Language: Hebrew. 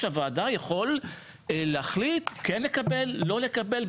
ועדת ערר יכול להחליט לכן לקבל ,לא לקבל,